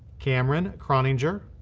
cameron croninger,